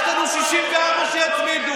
יש לנו 64 שיצביעו.